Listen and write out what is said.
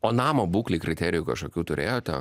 o namo būklei kriterijų kažkokių turėjote